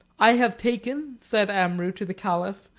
i have taken, said amrou to the caliph,